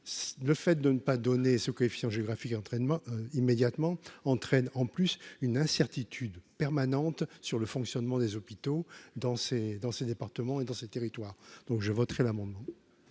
le fait de ne pas donner ce coefficient géographique entraînement immédiatement entraîne en plus une incertitude permanente sur le fonctionnement des hôpitaux dans ces dans ces départements et dans ces territoires, donc je voterai l'amendement.